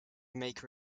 maker